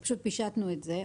פישטנו את זה.